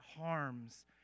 harms